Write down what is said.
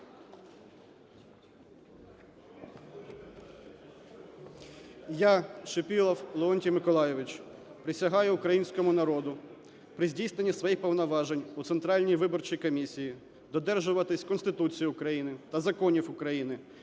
Євген Володимирович, присягаю українському народу при здійсненні своїх повноважень у Центральній виборчій комісії додержуватися Конституції України та законів України,